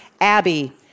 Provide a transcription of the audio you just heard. Abby